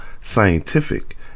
scientific